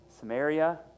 Samaria